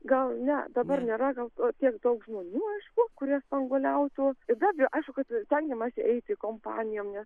gal ne dabar nėra gal tiek daug žmonių aišku kurie spanguoliautų ir dabar aišku kad stengiamasi eiti kompanijom nes